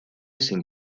sin